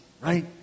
right